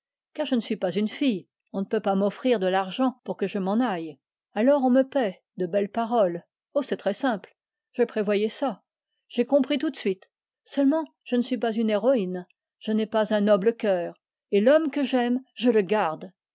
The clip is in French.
car je ne suis pas une fille on ne peut pas m'offrir de l'argent pour que je m'en aille alors on me paie de belles paroles oh c'est très simple j'ai compris tout de suite seulement je ne suis pas une héroïne je ne sacrifie rien et l'homme que j'aime je le garde